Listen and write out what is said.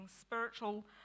spiritual